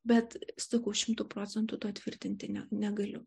bet sakau šimtu procentų to tvirtinti ne negaliu